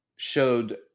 Showed